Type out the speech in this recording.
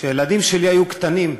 כשהילדים שלי היו קטנים,